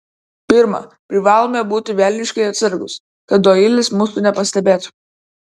pirma privalome būti velniškai atsargūs kad doilis mūsų nepastebėtų